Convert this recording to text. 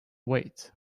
wait